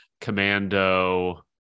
Commando